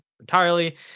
entirely